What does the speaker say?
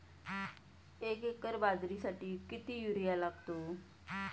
एक एकर बाजरीसाठी किती युरिया लागतो?